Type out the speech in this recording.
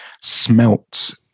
smelt